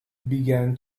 began